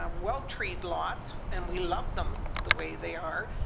um well treed lots and we love them the way they are,